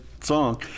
song